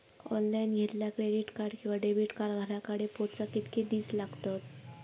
Online घेतला credit card किंवा debit card घराकडे पोचाक कितके दिस लागतत?